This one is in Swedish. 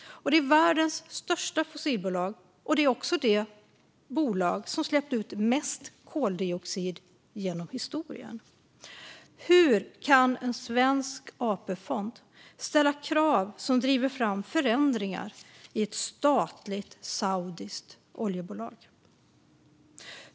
Det är världens största fossilbolag och också det bolag som släppt ut mest koldioxid genom historien. Hur kan en svensk AP-fond ställa krav som driver fram förändringar i ett statligt saudiskt oljebolag?